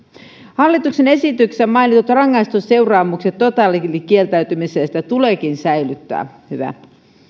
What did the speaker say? hallituksen esityksessä mainitut rangaistusseuraamukset totaalikieltäytymisestä tuleekin säilyttää hyvä